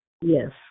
Yes